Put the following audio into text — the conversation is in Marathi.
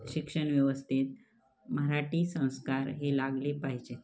शिक्षण व्यवस्थेत मराठी संस्कार हे लागले पाहिजेत